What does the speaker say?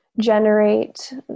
generate